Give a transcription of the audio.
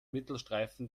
mittelstreifen